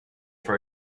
for